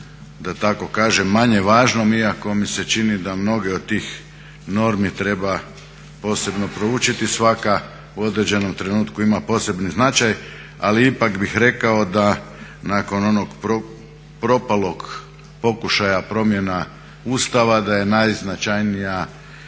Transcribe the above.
da tako kažem manje važnom, iako mi se čini da mnoge od tih normi treba posebno proučiti. Svaka u određenom trenutku ima posebni značaj. Ali ipak bih rekao da nakon onog propalog pokušaja promjena Ustava da je najznačajnija